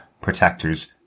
protectors